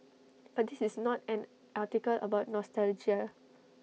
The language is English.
but this is not an article about nostalgia